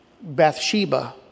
Bathsheba